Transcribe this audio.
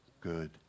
good